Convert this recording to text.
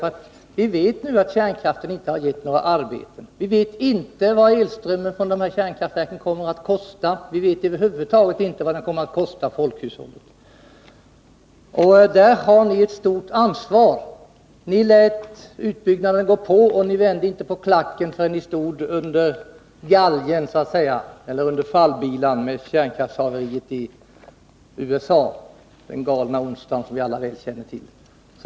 Vi vet nu att kärnkraften inte har gett några arbeten; vi vet inte vad elströmmen från kärnkraftverken kommer att kosta; vi vet över huvud taget inte vad kostnaderna för folkhushållet kommer att bli. Där har ni ett stort ansvar. Ni lät utbyggnaden fortsätta och vände inte på klacken förrän ni så att säga stod under galgen eller fallbilan, med kärnkraftshaveriet i USA: den galna onsdagen, som vi alla så väl känner till.